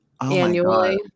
annually